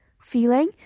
feeling